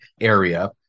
area